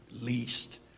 least